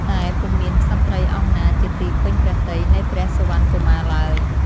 តែពុំមានក្សត្រីអង្គណាជាទីពេញព្រះទ័យនៃព្រះសុវណ្ណកុមារឡើយ។